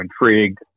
intrigued